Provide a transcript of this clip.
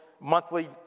monthly